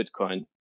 Bitcoin